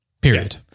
period